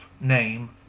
name